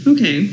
Okay